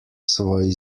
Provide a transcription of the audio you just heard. svoji